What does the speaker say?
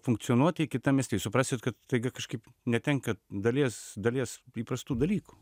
funkcionuoti kitam mieste jūs suprasit kad staiga kažkaip netenka dalies dalies įprastų dalykų